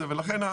לכן,